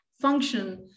function